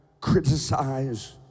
criticize